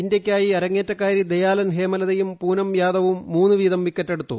ഇന്ത്യയ്ക്കായി അരങ്ങേറ്റക്കാരി ദയാലൻ ഹേമലതയും പൂനം യാദവും മൂന്നുവീതം വിക്കറ്റെടുത്തു